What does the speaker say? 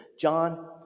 John